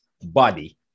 body